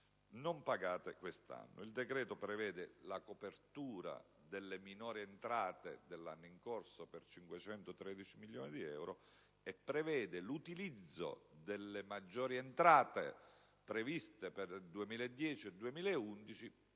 non pagati quest'anno. Il decreto stabilisce la copertura delle minori entrate, nell'anno in corso, per 513 milioni di euro e l'utilizzo delle maggiori entrate previste per il 2010 e il 2011